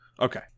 Okay